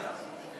סעיפים